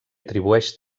atribueix